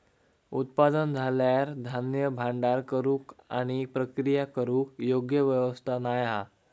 उत्पादन झाल्यार धान्य भांडार करूक आणि प्रक्रिया करूक योग्य व्यवस्था नाय हा